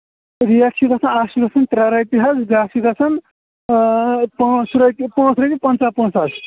ریٹھ چھِ گَژھان اَکھ چھِ گَژھان ترٛےٚ رۄپیہِ حظ تہٕ بیاکھ چھ گَژھان پانٛژھ رۄپیہِ پانٛژھ رۄپیہِ پَنٛژاہ پونٛسہٕ حظ